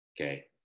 Okay